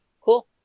Cool